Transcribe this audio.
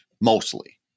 Mostly